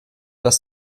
das